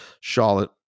Charlotte